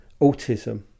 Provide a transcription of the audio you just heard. autism